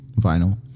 vinyl